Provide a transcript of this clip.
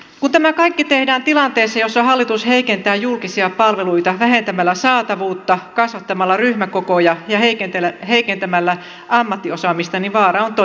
kun tämä kaikki tehdään tilanteessa jossa hallitus heikentää julkisia palveluita vähentämällä saatavuutta kasvattamalla ryhmäkokoja ja heikentämällä ammattiosaamista niin vaara on todellinen